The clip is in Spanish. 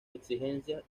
exigencias